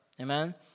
Amen